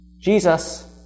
Jesus